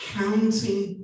counting